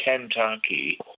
Kentucky